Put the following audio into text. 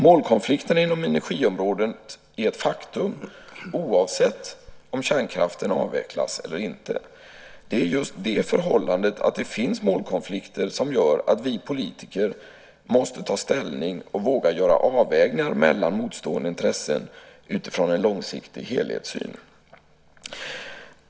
Målkonflikterna inom energiområdet är ett faktum, oavsett om kärnkraften avvecklas eller inte. Det är just det förhållandet att det finns målkonflikter som gör att vi politiker måste ta ställning och våga göra avvägningar mellan motstående intressen utifrån en långsiktig helhetssyn.